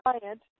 client